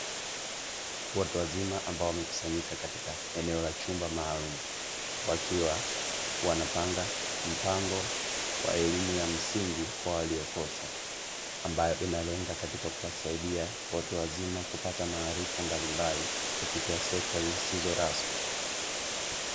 Watu wazima ambao wamekusanyika katika eneo la chumba maalumu, wakiwa wanapanga mpango wa elimu ya msingi kwa waliokosa. Ambayo inalenga katika kuwasaidia watu wazima mbalimbali, kupitia sekta zisizo rasmi.